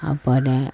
ആപ്പാടെ